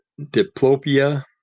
diplopia